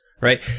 right